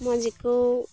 ᱢᱚᱡᱽ ᱜᱮᱠᱚ